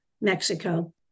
Mexico